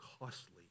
costly